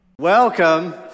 welcome